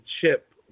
chip